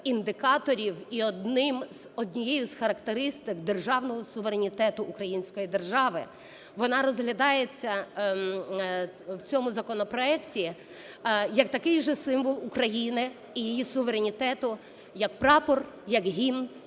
і однією з характеристик державного суверенітету української держави. Вона розглядається в цьому законопроекті як такий же символ України і її суверенітету як Прапор, як Гімн,